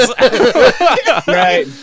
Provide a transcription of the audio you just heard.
Right